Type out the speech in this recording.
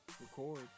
record